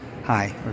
Hi